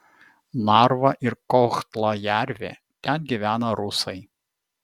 narva ir kohtla jervė ten gyvena rusai